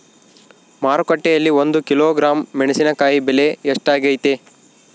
ಮಾರುಕಟ್ಟೆನಲ್ಲಿ ಒಂದು ಕಿಲೋಗ್ರಾಂ ಮೆಣಸಿನಕಾಯಿ ಬೆಲೆ ಎಷ್ಟಾಗೈತೆ?